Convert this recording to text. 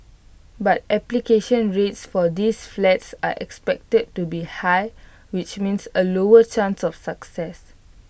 but application rates for these flats are expected to be high which means A lower chance of success